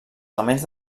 elements